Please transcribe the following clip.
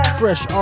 fresh